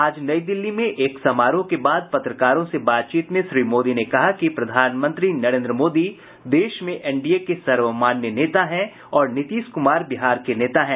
आज नई दिल्ली में एक समारोह के बाद पत्रकारों से बातचीत में श्री मोदी ने कहा कि प्रधानमंत्री नरेन्द्र मोदी देश में एनडीए के सर्वमान्य नेता हैं और नीतीश कुमार बिहार के नेता हैं